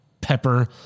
pepper